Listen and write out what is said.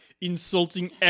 insulting